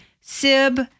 Sib